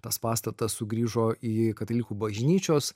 tas pastatas sugrįžo į katalikų bažnyčios